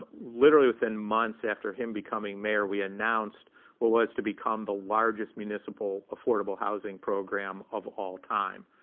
literally, within months after him becoming mayor, we announced what was to become the largest municipal affordable housing program of all time.